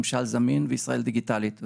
ממשל זמין וישראל דיגיטלית.